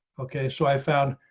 okay, so i found